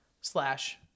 slash